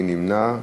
מי נמנע?